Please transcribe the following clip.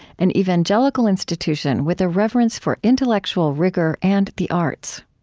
an evangelical institution with a reverence for intellectual rigor and the arts